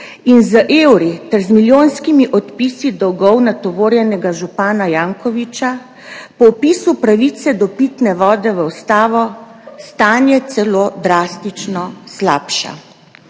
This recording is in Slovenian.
in z evri ter z milijonskimi odpisi dolgov natovorjenega župana Jankovića po vpisu pravice do pitne vode v Ustavo stanje celo drastično slabša.